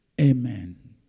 Amen